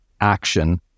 action